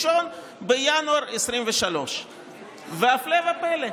1 בינואר 2023. והפלא ופלא,